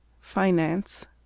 Finance